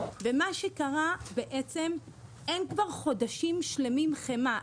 ומה שקרה, בעצם אין כבר חודשים שלמים חמאה.